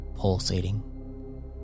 pulsating